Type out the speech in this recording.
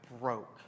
broke